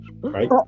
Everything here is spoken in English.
Right